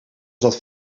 zat